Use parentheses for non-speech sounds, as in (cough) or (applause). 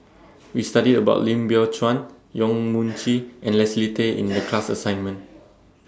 (noise) We studied about Lim Biow Chuan Yong Mun Chee and Leslie Tay in The class assignment